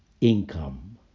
income